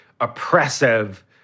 oppressive